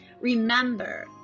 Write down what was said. Remember